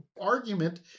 argument